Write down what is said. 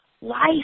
life